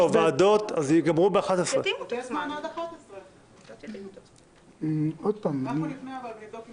הוועדות יסתיימו בשעה 11:00. אנחנו נפנה ונבדוק עם